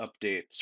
updates